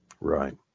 Right